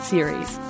Series